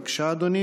בבקשה, אדוני.